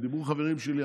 ודיברו חברים שלי,